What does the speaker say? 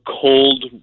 cold